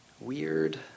weird